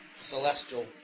Celestial